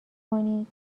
کنید